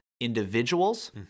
individuals